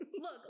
look